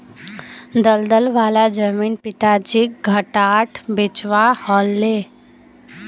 दलदल वाला जमीन पिताजीक घटाट बेचवा ह ले